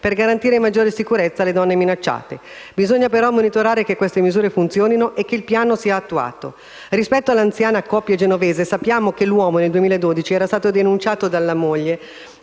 per garantire maggiore sicurezza alle donne minacciate. Bisogna però monitorare che queste misure funzionino e che il piano sia attuato. Rispetto all'anziana coppia genovese sappiamo che l'uomo, nel 2012, era stato denunciato dalla moglie